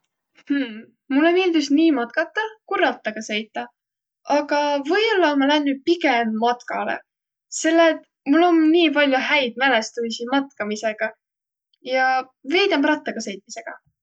Hmm, mullõ miildüs nii matkata ku rattaga sõitaq, aga või-ollaq ma lännüq pigemb matkalõ, selle et mul om nii pall'o häid mälestüisi matkamisõga ja veidemb rattaga sõitmisõga.